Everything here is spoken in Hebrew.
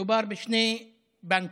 מדובר בשני בנקים: